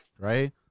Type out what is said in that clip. Right